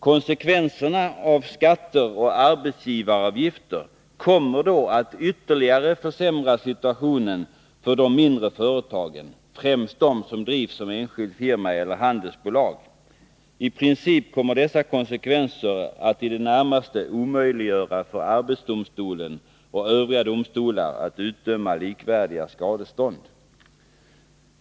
Konsekvenserna av skatter och arbetsgivaravgifter kommer då att ytterligare försämra situationen för de mindre företagen, främst de som drivs som enskild firma eller handelsbolag. I princip kommer dessa konsekvenser att i det närmaste omöjliggöra för arbetsdomstolen och övriga domstolar att utdöma likvärdiga skadestånd.